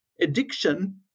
addiction